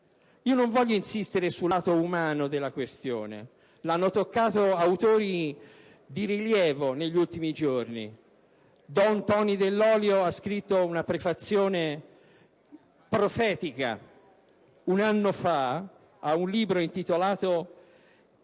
Non voglio insistere sul lato umano della questione, ne hanno già parlato autori di rilievo, negli ultimi giorni. Don Tonio Dell'Olio ha scritto una postfazione profetica, un anno fa, ad un libro intitolato: